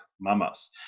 mamas